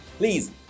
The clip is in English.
Please